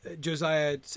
Josiah